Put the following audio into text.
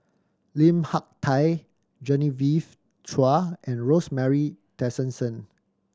Lim Hak Tai Genevieve Chua and Rosemary Tessensohn